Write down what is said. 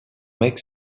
make